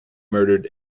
murdered